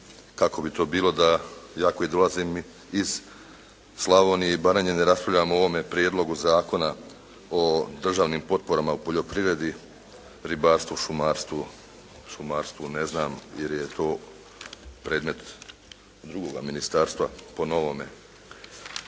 Kako bi to bilo da ja koji dolazim iz Slavonije i Baranje ne raspravljam o ovome Prijedlogu zakona o državnim potporama u poljoprivredi, ribarstvu, šumarstvu, šumarstvu ne znam, jer je to predmet drugoga ministarstva po novome.